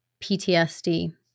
PTSD